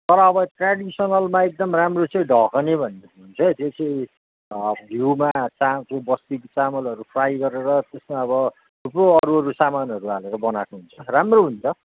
तर अब ट्रेडिसनलमा एकदम राम्रो चाहिँ ढकने भन्ने हुन्छ है त्यो चाहिँ घिउमा चा त्यो बस्तीको चामलहरू फ्राई गरेर त्यसमा अब थुप्रो अरूहरू सामानहरू हालेर बनाएको हुन्छ राम्रो हुन्छ